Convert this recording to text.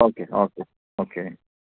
okay okay okay